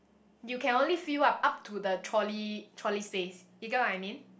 you can only fill up up to the trolley trolley space you get what I mean